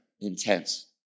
intense